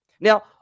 Now